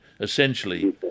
essentially